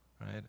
right